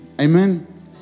Amen